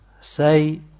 say